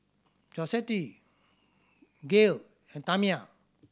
Josette Gael and Tamia